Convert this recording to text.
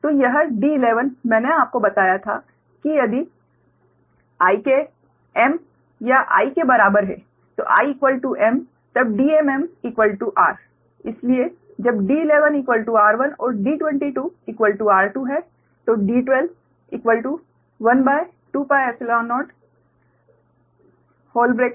तो यह D11 मैंने आपको बताया था कि यदि Ik m या i के बराबर है तो i m तब Dmm r